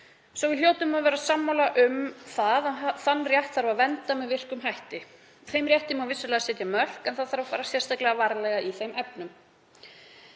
svo við hljótum að vera sammála um að þann rétt þarf að vernda með virkum hætti. Þeim rétti má vissulega setja mörk en þá þarf að fara sérstaklega varlega í þeim efnum.